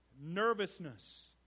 nervousness